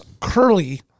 curly